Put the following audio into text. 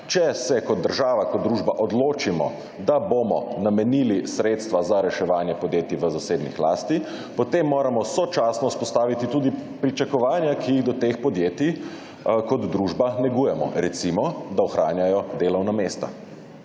Če se država kot družba odločimo, da bomo namenili sredstva za reševanje podjetjih v zasebni lasti, potem moramo sočasno vzpostaviti tudi pričakovanja, ki jih do teh podjetij kot družba negujemo recimo, da ohranjajo delovna mesta.